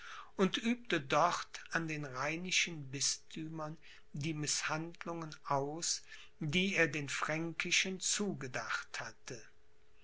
und übte dort an den rheinischen bisthümern die mißhandlungen aus die er den fränkischen zugedacht hatte